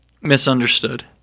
misunderstood